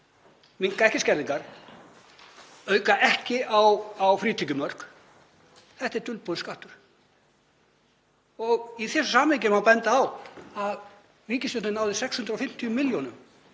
minnka ekki skerðingar, auka ekki frítekjumörk. Þetta er dulbúinn skattur. Í þessu samhengi má benda á að ríkisstjórnin náði 650 milljónum